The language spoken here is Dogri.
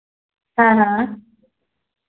हां हां